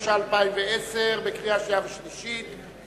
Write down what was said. התש"ע 2010, קריאה שנייה וקריאה שלישית.